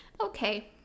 okay